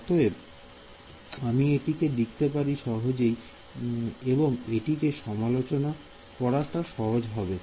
অতএব আমি এটিকে লিখতে পারি সহজেই এবং এটিকে সামলানো সহজ হবে